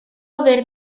aver